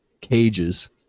cages